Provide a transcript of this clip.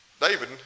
David